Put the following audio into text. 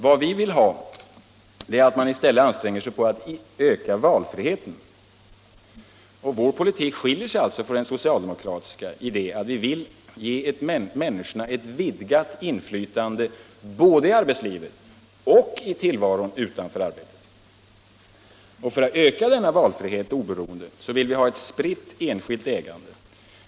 Vad vi vill är i stället att samhällets ansträngningar skall inriktas på att öka valfriheten. Vår politik skiljer sig alltså från den socialdemokratiska i det avseendet att vi vill ge människorna ett vidgat inflytande både i arbetslivet och i den egna tillvaron utanför arbetet. För att öka valfriheten och oberoendet vill vi ha ett spritt enskilt ägande.